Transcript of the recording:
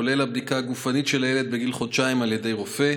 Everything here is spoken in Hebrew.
כולל הבדיקה הגופנית של הילד בגיל חודשיים על ידי רופא.